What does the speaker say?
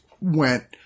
went